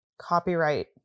Copyright